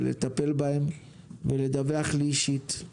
לטפל בהן ולדווח לי אישית.